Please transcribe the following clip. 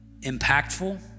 impactful